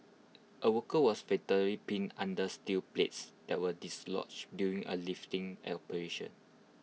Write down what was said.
A worker was fatally pinned under steel plates that were dislodged during A lifting operation